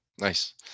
Nice